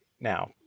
Now